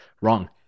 Wrong